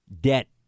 debt